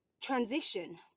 transition